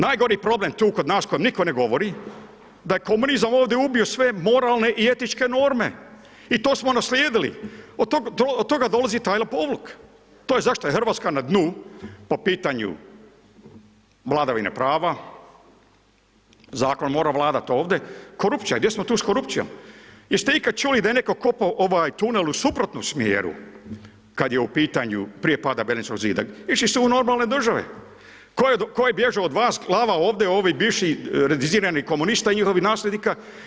Najgori problem tu kod nas o kojem nitko ne govori da je komunizam ovdje ubio sve moralne i etičke norme i to smo naslijedili, od toga dolazi taj lopovluk, to je zašto je Hrvatska na dnu po pitanju vladavine prava, zakon mora vladat ovdje, korupcija, gdje smo tu sa korupcijom, jeste ikad čuli da je netko kopao tunel u suprotnom smjeru kad je u pitanju prije pada Berlinskog zida, išli su u normalne države, tko je bježao od vas, glava ovdje ovih bivših ... komunista i njihovih nasljednika.